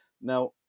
now